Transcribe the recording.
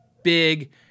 big